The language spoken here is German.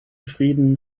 frieden